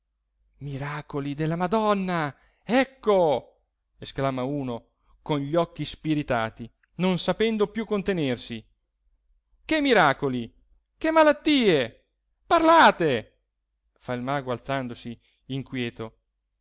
miracoli della madonna ecco esclama uno con gli occhi spiritati non sapendo più contenersi che miracoli che malattie parlate fa il mago alzandosi inquieto